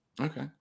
Okay